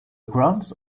grounds